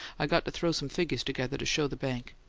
i got to throw some figures together to show the bank.